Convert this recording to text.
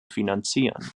finanzieren